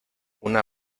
una